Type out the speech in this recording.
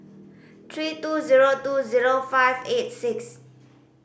three two zero two zero five eight six